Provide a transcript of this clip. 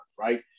right